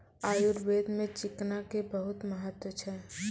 आयुर्वेद मॅ चिकना के बहुत महत्व छै